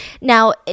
Now